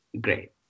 great